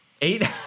Eight